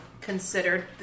considered